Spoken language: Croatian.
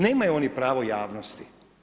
Nemaju oni pravo javnosti.